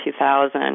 2000